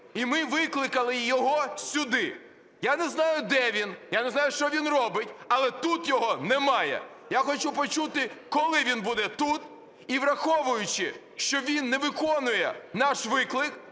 і ми викликали його сюди. Я не знаю, де він, я не знаю, що він робить, але тут його немає. Я хочу почути, коли він буде тут. І враховуючи, що він не виконує наш виклик,